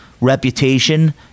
reputation